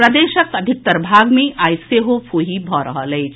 प्रदेशक अधिकतर भाग मे आइ सेहो फूंही भऽ रहल अछि